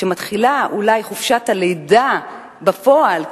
כשמתחילה אולי חופשת הלידה בפועל,